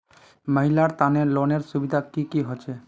महिलार तने लोनेर सुविधा की की होचे?